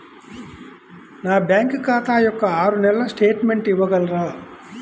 నా బ్యాంకు ఖాతా యొక్క ఆరు నెలల స్టేట్మెంట్ ఇవ్వగలరా?